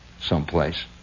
someplace